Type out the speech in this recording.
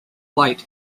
light